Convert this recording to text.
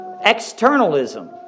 Externalism